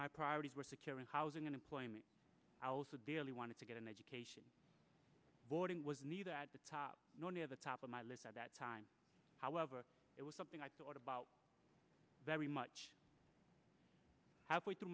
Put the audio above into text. my priorities were securing housing and employment daily want to get an education voting was needed at the top near the top of my list at that time however it was something i thought about very much half way through